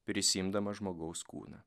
prisiimdamas žmogaus kūną